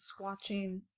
swatching